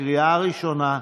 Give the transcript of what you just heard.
לקריאה ראשונה.